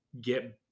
get